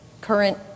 current